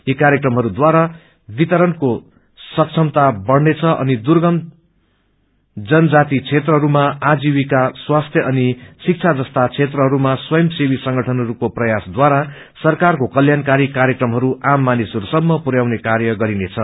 यी कार्यक्रमहरूद्वारा वितरणको सक्षमता बढ़नेछ अनि दुर्गम जनजाति क्षेत्रहरूमा आजीवन स्वस्थय अनि शिक्षा जस्ता क्षेत्रहस्मा स्वयमसेवी संगठनहस्को प्रयास द्वारा सरकारको कल्याण्कारी कार्यक्रमहरू आम मानिसहरू सम्म पुरयाउने कार्य गरिनेछ